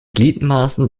gliedmaßen